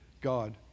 God